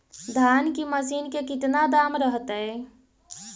धान की मशीन के कितना दाम रहतय?